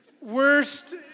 Worst